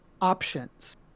options